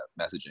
messaging